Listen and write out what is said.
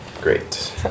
Great